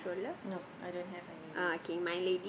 no I don't have any lady